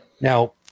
now